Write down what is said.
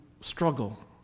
struggle